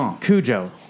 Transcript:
Cujo